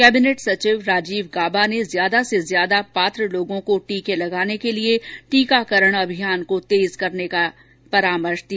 cabinet सचिव राजीव गाबा ने ज्यादा से ज्यादा पात्र लोगों को टीके लगाने के लिए टीकाकरण अभियान को तेज करने का परार्मश दिया